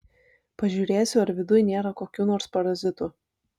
pažiūrėsiu ar viduj nėra kokių nors parazitų